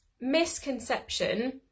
misconception